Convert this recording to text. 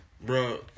bro